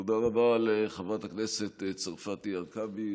תודה רבה לחברת הכנסת צרפתי הרכבי,